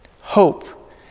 Hope